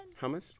Hummus